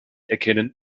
erkennen